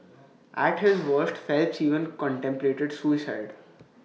at his worst Phelps even contemplated suicide